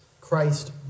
Christ